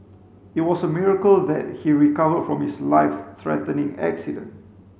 it was a miracle that he recovered from his life threatening accident